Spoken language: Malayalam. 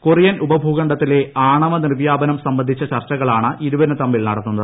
കൊറിയൻ ഉപഭൂഖണ്ഡത്തിലെ ആണവ നിർവ്യാപനം സംബന്ധിച്ച ചർച്ചകളാണ് ഇരുവരും തമ്മിൽ നടത്തുന്നത്